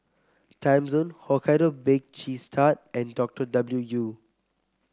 Timezone Hokkaido Baked Cheese Tart and Doctor W U